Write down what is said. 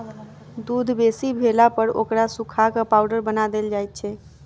दूध बेसी भेलापर ओकरा सुखा क पाउडर बना देल जाइत छै